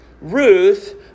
Ruth